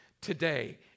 today